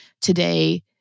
today